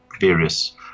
various